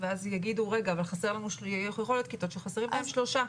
יכול להיות כיתות שחסרים בהם שלושה.